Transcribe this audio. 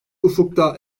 ufukta